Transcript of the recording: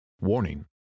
Warning